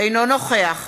אינו נוכח